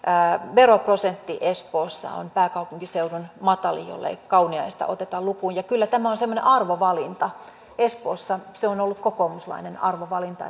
veroprosentti espoossa on pääkaupunkiseudun matalin jollei kauniaista oteta lukuun ja kyllä tämä on semmoinen arvovalinta espoossa se on ollut kokoomuslainen arvovalinta